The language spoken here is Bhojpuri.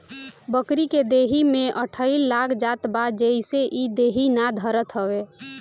बकरी के देहि में अठइ लाग जात बा जेसे इ देहि ना धरत हवे